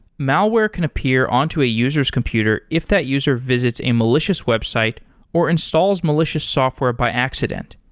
malware can appear on to a user s computer if that user visits a malicious websites or installs malicious software by accident.